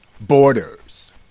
borders